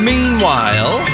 Meanwhile